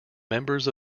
members